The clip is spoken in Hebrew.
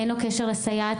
אין לו קשר לסייעת,